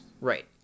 right